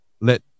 let